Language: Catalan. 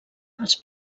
els